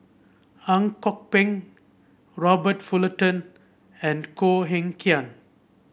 Ang Kok Peng Robert Fullerton and Koh Eng Kian